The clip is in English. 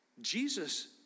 Jesus